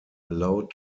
allowed